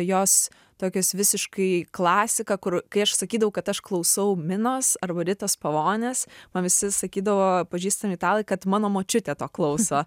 jos tokios visiškai klasika kur kai aš sakydavau kad aš klausau minos arba ritos pavonės man visi sakydavo pažįstami italai kad mano močiutė to klauso